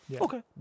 Okay